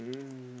mm